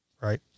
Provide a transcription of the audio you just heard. right